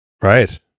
Right